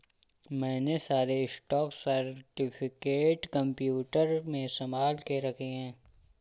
मैंने सारे stock certificate computer में संभाल के रखे हैं